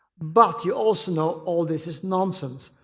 but you also know all this is nonsense,